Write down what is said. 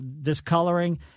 discoloring